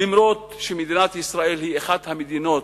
אף-על-פי שמדינת ישראל היא אחת המדינות